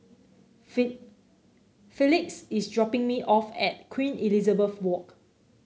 Felix is dropping me off at Queen Elizabeth Walk